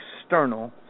external